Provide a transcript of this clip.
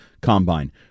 Combine